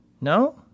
No